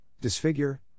disfigure